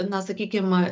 na sakykim